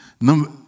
Number